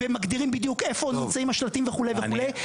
ומגדירים בדיוק איפה נמצאים השלטים וכו' וכו'